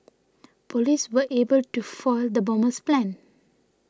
police were able to foil the bomber's plans